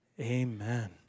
Amen